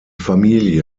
familie